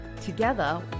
Together